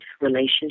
relationship